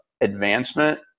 advancement